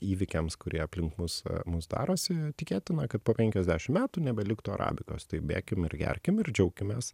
įvykiams kurie aplink mus mus darosi tikėtina kad po penkiasdešim metų nebeliktų arabikos tai bėkim ir gerkim ir džiaukimės